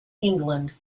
england